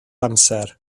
amser